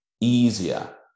easier